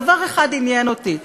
דבר אחד עניין אותי: